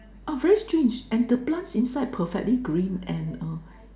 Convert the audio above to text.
ah very strange and the plants inside perfectly green and err